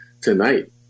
tonight